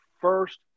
first